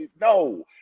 no